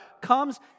comes